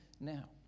now